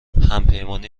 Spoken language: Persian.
همپیمانی